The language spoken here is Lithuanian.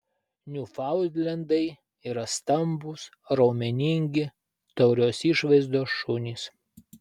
niufaundlendai yra stambūs raumeningi taurios išvaizdos šunys